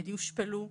הן יושפלו,